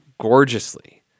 gorgeously